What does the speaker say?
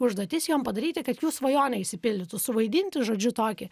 užduotis jom padaryti kad jų svajonė išsipildytų suvaidinti žodžiu tokį